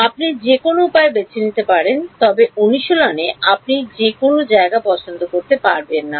আপনি যে কোনও উপায় বেছে নিতে পারেন তবে অনুশীলনে আপনি যে কোনও জায়গা পছন্দ করতে পারবেন না